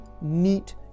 neat